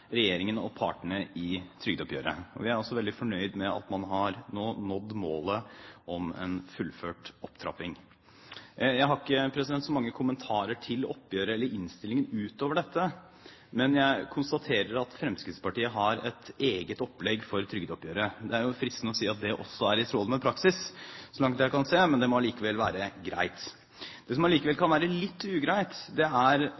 regjeringen og partene i trygdeoppgjøret. Og vi er veldig fornøyd med at man nå har nådd målet om en fullført opptrapping. Jeg har ikke så mange kommentarer til oppgjøret eller innstillingen utover dette. Jeg konstaterer at Fremskrittspartiet har et eget opplegg når det gjelder trygdeoppgjøret. Det er fristende å si at også det – så langt jeg kan se – er i tråd med praksis. Det må allikevel være greit. Det som imidlertid kan være litt ugreit, er